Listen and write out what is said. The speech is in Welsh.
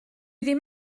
ddim